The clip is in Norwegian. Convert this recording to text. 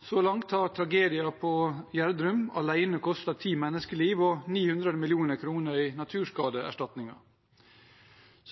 Så langt har tragedien på Gjerdrum alene kostet ti menneskeliv og 900 mill. kr i naturskadeerstatninger.